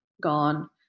gone